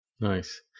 Nice